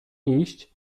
iść